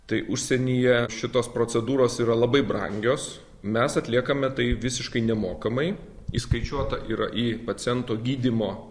tai užsienyje šitos procedūros yra labai brangios mes atliekame tai visiškai nemokamai įskaičiuota yra į paciento gydymo